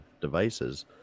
devices